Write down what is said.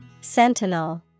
Sentinel